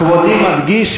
כבודי מדגיש,